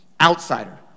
Outsider